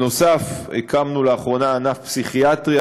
נוסף על כך הקמנו לאחרונה ענף פסיכיאטריה